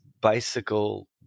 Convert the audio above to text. bicycle